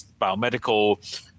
biomedical